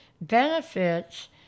benefits